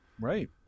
Right